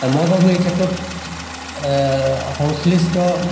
আৰু মই ভাবোঁ এই ক্ষেত্ৰত সংশ্লিষ্ট